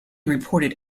reported